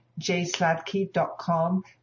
jsladky.com